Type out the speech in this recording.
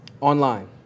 Online